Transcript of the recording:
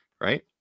right